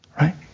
right